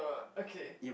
okay